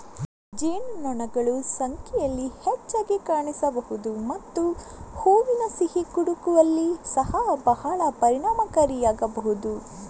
ಜೇನುನೊಣಗಳು ಸಂಖ್ಯೆಯಲ್ಲಿ ಹೆಚ್ಚಾಗಿ ಕಾಣಿಸಬಹುದು ಮತ್ತು ಹೂವಿನ ಸಿಹಿ ಹುಡುಕುವಲ್ಲಿ ಸಹ ಬಹಳ ಪರಿಣಾಮಕಾರಿಯಾಗಬಹುದು